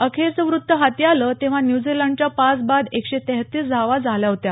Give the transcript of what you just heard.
अखेरचं वृत्त हाती आलं तेव्हा न्यूझीलंडच्या पाच बाद एकशे एकतीस धावा झाल्या होत्या